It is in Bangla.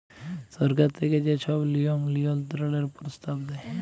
সরকার থ্যাইকে যে ছব লিয়ম লিয়ল্ত্রলের পরস্তাব দেয়